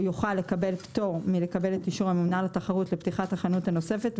יוכל לקבל פטור מלקבל אישור הממונה על התחרות לפתיחת החנות הנוספת,